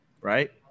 Right